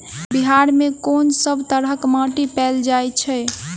बिहार मे कऽ सब तरहक माटि पैल जाय छै?